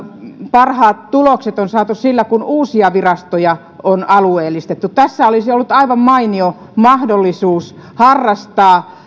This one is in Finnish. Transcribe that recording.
parhaat tulokset on saatu sillä kun uusia virastoja on alueellistettu tässä olisi ollut aivan mainio mahdollisuus harrastaa